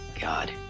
god